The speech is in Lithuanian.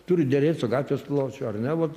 turi derėt su gatvės pločiu ar ne vot